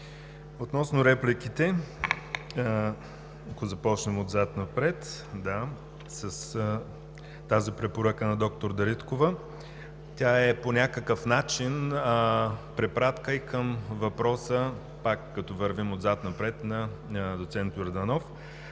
Относно репликите, ако започнем отзад напред. Да, тази препоръка на доктор Дариткова е по някакъв начин препратка и към въпроса, пак като вървим отзад напред, на доцент Йорданов.